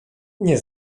nie